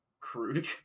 crude